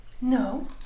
No